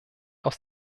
aus